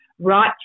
right